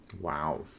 wow